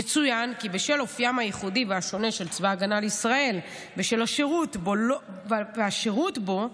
יצוין כי בשל אופיו הייחודי והשונה של צבא ההגנה לישראל והשירות בו,